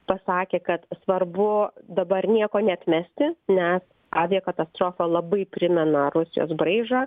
pasakė kad svarbu dabar nieko neatmesti nes aviakatastrofa labai primena rusijos braižą